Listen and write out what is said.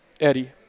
Eddie